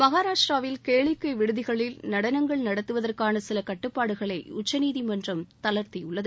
மகாராஷ்டிராவில் கேளிக்கை விடுதிகளில் நடனங்கள் நடத்துவதற்கான சில கட்டுப்பாடுகளை உச்சநீதிமன்றம் தளர்த்தியுள்ளது